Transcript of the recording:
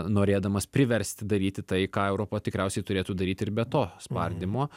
norėdamas priversti daryti tai ką europa tikriausiai turėtų daryti ir be to spardymo